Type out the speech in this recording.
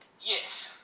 Yes